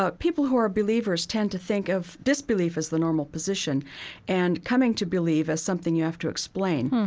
ah people who are believers tend to think of disbelief as the normal position and coming to believe as something you have to explain.